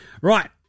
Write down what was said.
Right